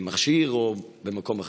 במכשיר או במקום אחר.